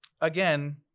again